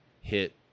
hit